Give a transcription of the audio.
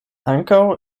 ankaŭ